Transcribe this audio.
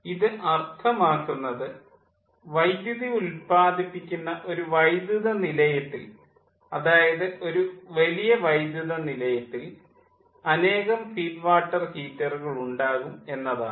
ഇത് അർത്ഥമാക്കുന്നത് വൈദ്യുതി ഉത്പാദിപ്പിക്കുന്ന ഒരു വൈദ്യുത നിലയത്തിൽ അതായത് ഒരു വലിയ വൈദ്യുത നിലയത്തിൽ അനേകം ഫീഡ് വാട്ടർ ഹീറ്ററുകൾ ഉണ്ടാകും എന്നതാണ്